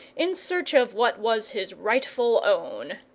in search of what was his rightful own.